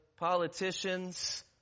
politicians